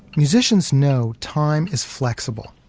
musicians know time is flexible.